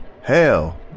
hell